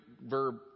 verb